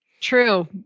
true